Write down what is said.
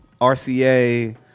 RCA